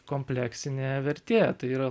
kompleksinė vertė tai yra